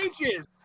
pages